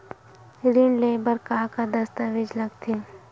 ऋण ले बर का का दस्तावेज लगथे?